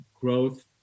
growth